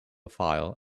file